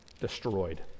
destroyed